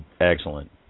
Excellent